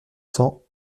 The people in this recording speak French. cents